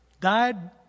died